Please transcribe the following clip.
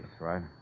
right